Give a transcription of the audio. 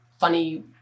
funny